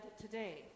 today